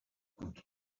good